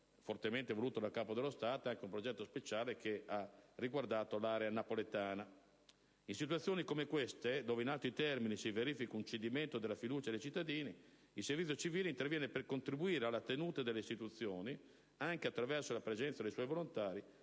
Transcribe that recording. il servizio civile interviene per contribuire alla tenuta delle istituzioni, anche attraverso la presenza dei suoi volontari